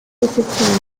besitzen